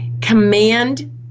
command